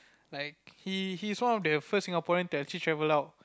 like he he's one the first Singaporean to actually travel out